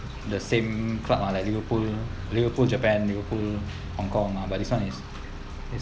the same club lah like liverpool liverpool japan liverpool hong kong ah but this [one] is is